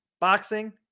boxing